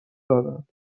دادند